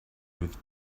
with